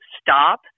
stop